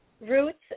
Roots